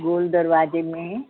गोल दरवाजे में